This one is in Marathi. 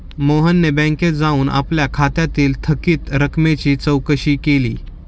मोहनने बँकेत जाऊन आपल्या खात्यातील थकीत रकमेची चौकशी केली